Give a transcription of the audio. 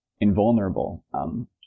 invulnerable